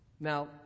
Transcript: Now